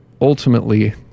ultimately